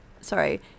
sorry